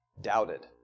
doubted